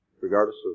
regardless